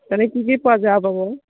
এনে কি কি পোৱা যায়